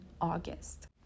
August